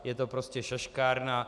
Je to prostě šaškárna.